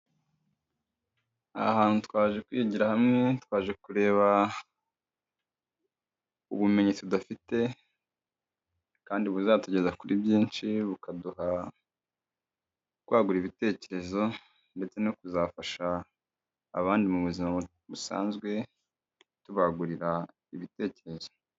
Aha hantu twaje kwigira hamwe, twaje kureba ubumenyi tudafite kandi buzatugeza kuri byinshi bukaduha kwagura ibitekerezo ndetse no kuzafasha abandi mu buzima busanzwe tubagurira ibitekerezo.